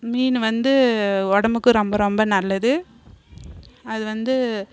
மீன் வந்து உடம்புக்கு ரொம்ப ரொம்ப நல்லது அது வந்து